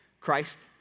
Christ